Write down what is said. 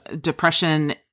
depression